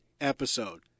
episode